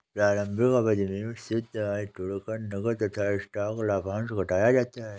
प्रारंभिक अवधि में शुद्ध आय जोड़कर नकद तथा स्टॉक लाभांश घटाया जाता है